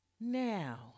Now